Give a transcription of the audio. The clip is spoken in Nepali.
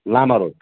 लामा रोड